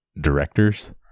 directors